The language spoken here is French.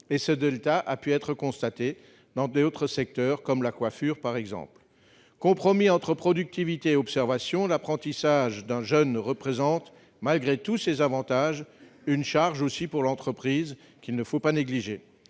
Ce delta a été constaté dans d'autres secteurs comme la coiffure. Compromis entre productivité et observation, l'apprentissage d'un jeune représente, malgré tous ces avantages, une charge pour l'entreprise, qu'il ne faut pas négliger.